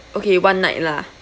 okay one night lah